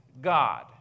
God